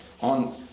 on